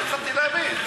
לא הצלחתי להבין.